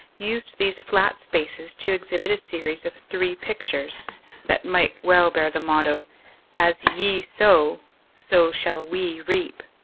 used these flat spaces to exhibit a series of three pictures that might well bear the motto as ye sow so shall we reap.